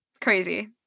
Crazy